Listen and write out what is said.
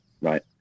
right